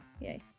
Yay